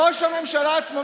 ראש הממשלה עצמו,